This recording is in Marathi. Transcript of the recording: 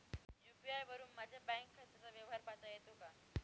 यू.पी.आय वरुन माझ्या बँक खात्याचा व्यवहार पाहता येतो का?